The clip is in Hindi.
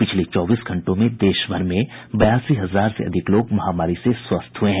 पिछले चौबीस घंटों में देश भर में बयासी हजार से अधिक लोग महामारी से स्वस्थ हुए हैं